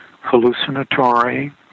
hallucinatory